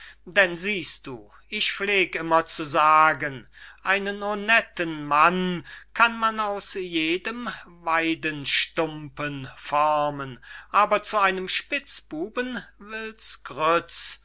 denn siehst du ich pfleg immer zu sagen einen honnetten mann kann man aus jedem weidenstozen formen aber zu einem spitzbuben will's grüz